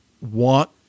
want